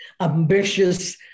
ambitious